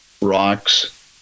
rocks